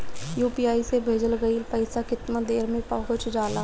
UPI से भेजल गईल पईसा कितना देर में पहुंच जाला?